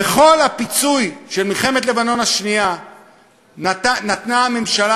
בכל הפיצוי על מלחמת לבנון השנייה נתנה הממשלה